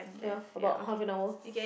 ya about half an hour